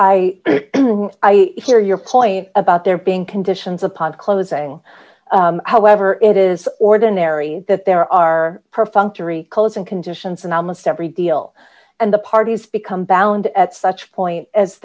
hear your point about there being conditions upon closing however it is ordinary that there are perfunctory calls and conditions in almost every deal and the parties become balland at such point as